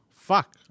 Fuck